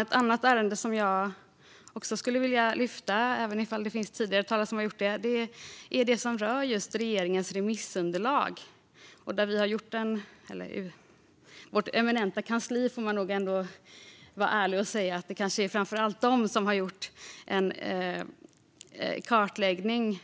Ett annat ärende som jag skulle vilja lyfta fram, även om tidigare talare också har gjort det, rör regeringens remissunderlag. Man får vara ärlig och säga att det kanske framför allt är vårt eminenta kansli som har gjort en kartläggning